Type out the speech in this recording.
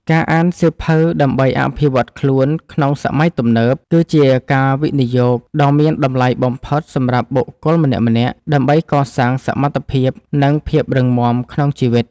ការអានសៀវភៅដើម្បីអភិវឌ្ឍខ្លួនក្នុងសម័យទំនើប គឺជាការវិនិយោគដ៏មានតម្លៃបំផុតសម្រាប់បុគ្គលម្នាក់ៗ ដើម្បីកសាងសមត្ថភាព និងភាពរឹងមាំក្នុងជីវិត។